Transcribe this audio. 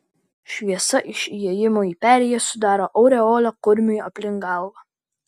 šviesa iš įėjimo į perėją sudaro aureolę kurmiui aplink galvą